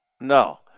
No